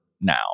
now